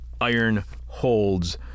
ironholds